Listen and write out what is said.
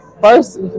First